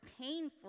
painful